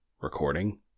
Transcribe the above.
Recording